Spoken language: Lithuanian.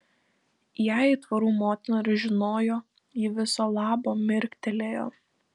jei aitvarų motina ir žinojo ji viso labo mirktelėjo